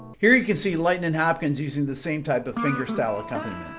here you can see lightnin hopkins using the same type of finger style accompaniment